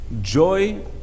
joy